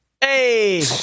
Hey